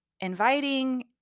inviting